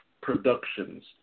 productions